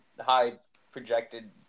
high-projected